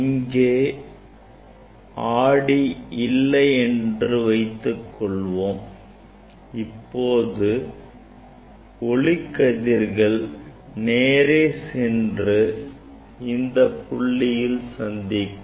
இங்கே ஆடி இல்லை என்று வைத்துக் கொள்வோம் இப்போது ஒளிக்கதிர்கள் நேரே சென்று இந்தப் புள்ளியில் சந்திக்கும்